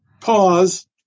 pause